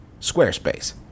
Squarespace